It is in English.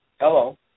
Hello